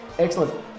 Excellent